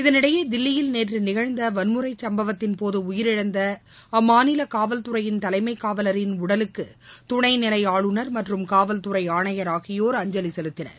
இதனிடையே தில்லியில் நேற்று நிகழ்ந்த வன்முறை சம்பவத்தின் போது உயிரிழந்த அம்மாநில காவல்துறையின் தலைமை ஊவலரின் உடலுக்கு துணைநிலை ஆளுநர் மற்றும் காவல்துறை ஆணையர் ஆகியோர் அஞ்சலி செலுத்தினர்